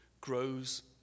grows